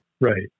right